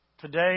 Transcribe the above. Today